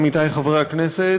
עמיתי חברי הכנסת,